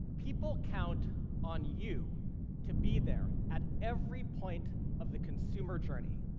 people count on you to be there at every point of the consumer journey.